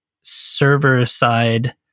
server-side